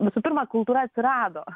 visų pirma kultūra atsirado